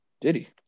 Diddy